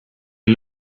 you